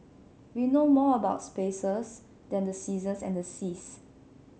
we know more about spaces than the seasons and the seas